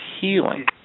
healing